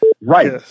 right